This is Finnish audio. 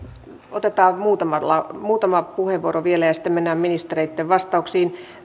otetaan muutama puheenvuoro vielä ja sitten mennään ministereitten vastauksiin